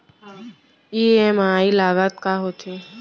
EMI लागत का होथे?